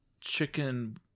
chicken